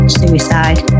suicide